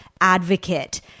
advocate